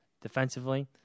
defensively